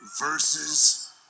versus